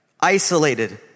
Isolated